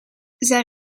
zij